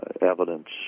evidence